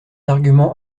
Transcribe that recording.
arguments